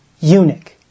eunuch